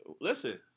listen